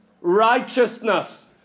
righteousness